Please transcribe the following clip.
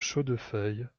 chaudefeuille